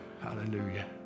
Hallelujah